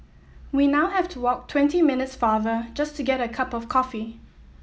we now have to walk twenty minutes farther just to get a cup of coffee